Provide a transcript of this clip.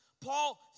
Paul